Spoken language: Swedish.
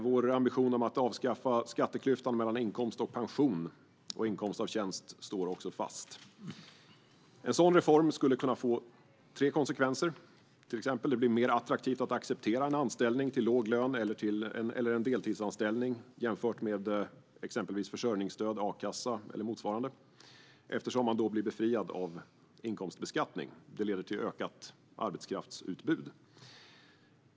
Vår ambition att avskaffa skatteklyftan mellan inkomst av pension och inkomst av tjänst står också fast. En sådan reform skulle kunna få tre konsekvenser. För det första blir det mer attraktivt att acceptera en anställning till låg lön eller en deltidsanställning jämfört med exempelvis försörjningsstöd, akassa eller motsvarande eftersom man blir befriad från inkomstbeskattning. Det leder till ökat arbetskraftsutbud.